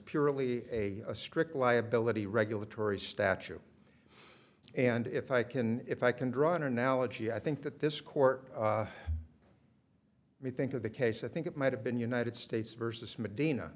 purely a strict liability regulatory statue and if i can if i can draw an analogy i think that this court may think of the case i think it might have been united states versus medina